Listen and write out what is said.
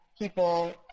people